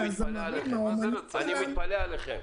שהזמרים או האומנים --- אני מתפלא עליכם.